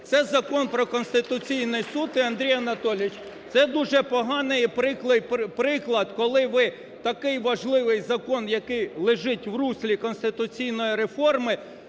Це Закон про Конституційний Суд. І, Андрій Володимирович, це дуже поганий приклад, коли ви такий важливий закон, який лежить в руслі конституційної реформи,